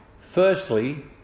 firstly